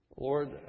Lord